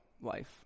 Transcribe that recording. life